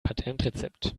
patentrezept